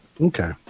Okay